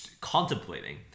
contemplating